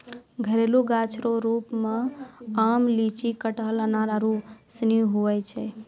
घरेलू गाछ रो रुप मे आम, लीची, कटहल, अनार आरू सनी हुवै छै